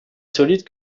solide